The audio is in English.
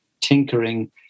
tinkering